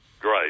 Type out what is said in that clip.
Great